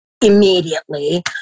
immediately